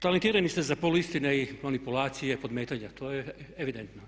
Talentirani ste za poluistine i manipulacije, podmetanja, to je evidentno.